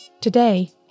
Today